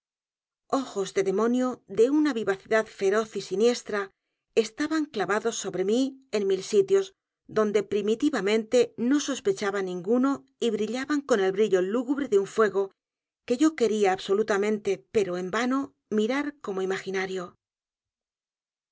ojos de demonio de una vivacidad feroz y siniestra estaban clavados sobre mí en mil sitios donde primitivamente no sospechaba ninguno y brillaban con el brillo l ú g u b r e de un fuego que yo quería absolutamente pero en vano mirar como imaginario